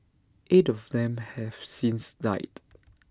eight of them have since died